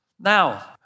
Now